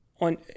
on –